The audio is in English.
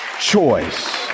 choice